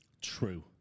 True